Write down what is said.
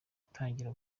gutangira